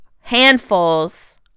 handfuls